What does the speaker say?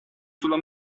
sulla